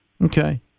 Okay